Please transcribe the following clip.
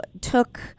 took